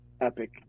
epic